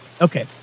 Okay